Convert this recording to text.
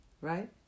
right